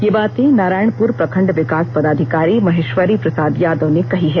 ये बातें नारायणपुर प्रखंड विकास पदाधिकारी महेश्वरी प्रसाद यादव ने कही हैं